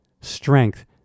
strength